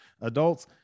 Adults